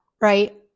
right